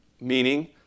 Meaning